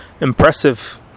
impressive